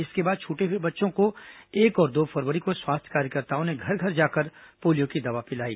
इसके बाद छूटे हुए बच्चों को एक और दो फरवरी को स्वास्थ्य कार्यकर्ताओं ने घर घर जाकर पोलियो की दवा पिलाई